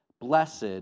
blessed